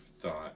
thought